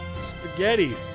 spaghetti